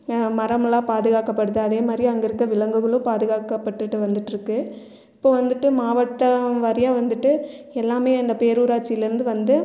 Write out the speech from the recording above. மரம்லாம் பாதுகாக்கப்படுது அதேமாதிரி அங்கே இருக்க விலங்குகளும் பாதுகாக்கப்பட்டுட்டு வந்துட்டுருக்கு இப்போ வந்துட்டு மாவட்டம் வாரியாக வந்துட்டு எல்லாமே இந்தப் பேரூராட்சியில இருந்து வந்து